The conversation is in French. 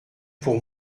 pour